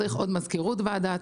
צריך עוד מזכירות ועדה,